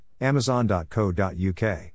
amazon.co.uk